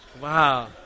Wow